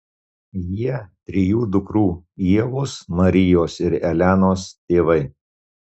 jie trijų dukrų ievos marijos ir elenos tėvai